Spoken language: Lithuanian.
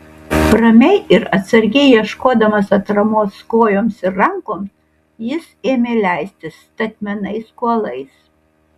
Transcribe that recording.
ramiai ir atsargiai ieškodamas atramos kojoms ir rankoms jis ėmė leistis statmenais kuolais